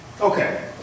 Okay